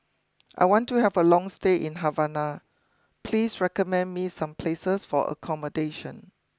I want to have a long stay in Havana please recommend me some places for accommodation